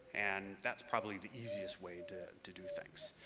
and that's probably the easiest way to to do things.